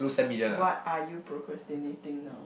what are you procrastinating now